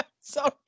Sorry